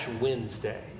Wednesday